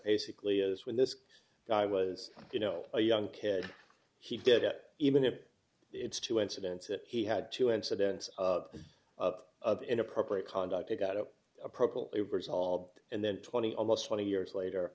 basically is when this guy was you know a young kid he did it even if it's two incidents that he had two incidents of of of inappropriate conduct he got a purple they were solved and then twenty almost twenty years later